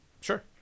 Sure